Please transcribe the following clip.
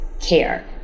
care